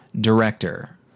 director